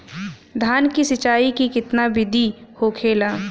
धान की सिंचाई की कितना बिदी होखेला?